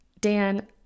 Dan